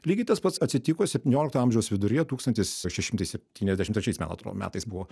lygiai tas pats atsitiko septyniolikto amžiaus viduryje tūkstantis šeši šimtai septyniasdešimt trečiais man atrodo metais buvo